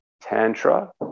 Tantra